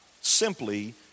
simply